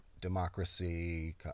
democracy